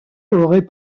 aurait